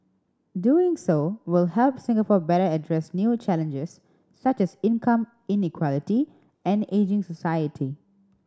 doing so will help Singapore better address new challenges such as income inequality and ageing society